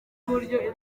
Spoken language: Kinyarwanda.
uburyo